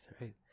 right